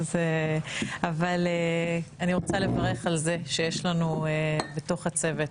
אבל אני רוצה לברך על זה שיש לנו בתוך הצוות,